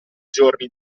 giorni